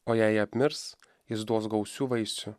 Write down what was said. o jei apmirs jis duos gausių vaisių